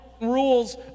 rules